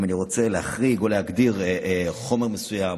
אם אני רוצה להחריג או להגדיר חומר מסוים